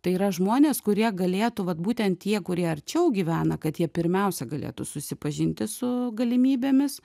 tai yra žmonės kurie galėtų vat būtent tie kurie arčiau gyvena kad jie pirmiausia galėtų susipažinti su galimybėmis